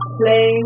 play